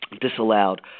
disallowed